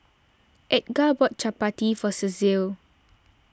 Edgar bought Chapati for Cecil